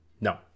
no